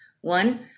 One